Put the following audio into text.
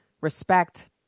respect